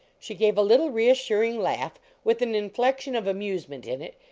she gave a little reassuring laugh with an inflection of amusement in it,